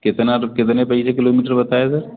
कितना तो कितने पर यह किलोमीटर बताएगा